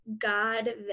god